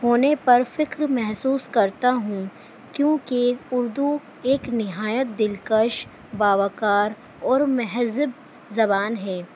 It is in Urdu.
ہونے پر فخر محسوس کرتا ہوں کیونکہ اردو ایک نہایت دلکش باوقار اور مہذب زبان ہے